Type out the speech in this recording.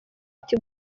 ati